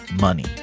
money